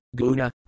guna